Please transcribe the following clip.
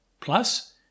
Plus